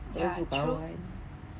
aku suka kawan